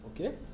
Okay